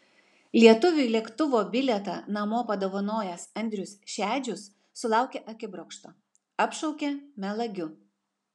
lietuviui lėktuvo bilietą namo padovanojęs andrius šedžius sulaukė akibrokšto apšaukė melagiu